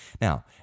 Now